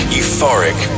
euphoric